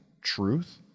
truth